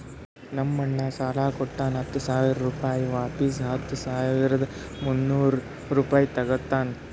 ನಮ್ ಅಣ್ಣಾ ಸಾಲಾ ಕೊಟ್ಟಾನ ಹತ್ತ ಸಾವಿರ ರುಪಾಯಿ ವಾಪಿಸ್ ಹತ್ತ ಸಾವಿರದ ಮುನ್ನೂರ್ ರುಪಾಯಿ ತಗೋತ್ತಾನ್